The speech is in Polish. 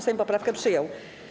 Sejm poprawkę przyjął.